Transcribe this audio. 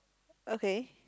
okay